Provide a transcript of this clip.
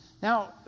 Now